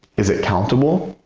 is it countable?